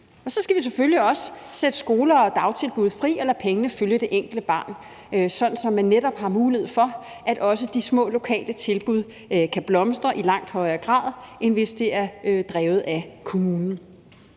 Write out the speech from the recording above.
Og så skal vi selvfølgelig også sætte skoler og dagtilbud fri og lade pengene følge det enkelte barn, sådan at man netop har mulighed for, at også de små lokale tilbud kan blomstre i langt højere grad, end hvis de er drevet af kommunen.